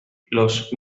los